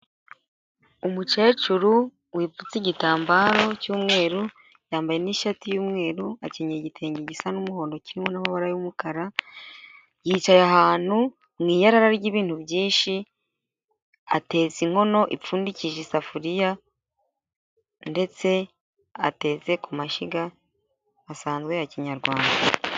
Umukecuru wipfutse igitambaro cy'umweru yambaye n'ishati y'umweru akenyeye igitenge gisa n'umuhondo kirimo n'amabara y'umukara, yicaye ahantu mu iyarara ry'ibintu byinshi, atetse inkono ipfundikije isafuriya ndetse atetse ku mashyiga asanzwe ya kinyarwanda.